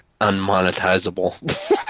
unmonetizable